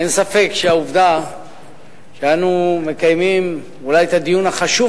אין ספק שהעובדה שאנו מקיימים אולי את הדיון החשוב